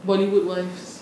bollywood wives